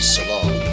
Salon